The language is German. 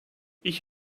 ich